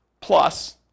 Plus